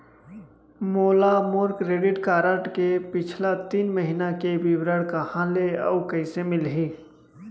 मोला मोर credit card के पिछला तीन महीना के विवरण कहाँ ले अऊ कइसे मिलही?